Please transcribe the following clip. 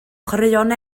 chwaraeon